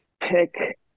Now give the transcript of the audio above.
pick